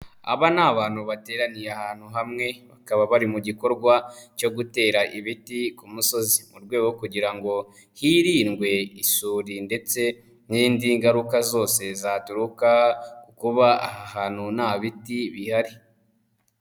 Aba ni abantu bateraniye ahantu hamwe bakaba bari mu gikorwa cyo gutera ibiti ku musozi mu rwego rwo kugira ngo hirindwe isuri ndetse n'indi ngaruka zose zaturuka ku kuba aha hantu nta biti bihari.